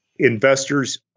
investors